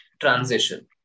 transition